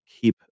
Keep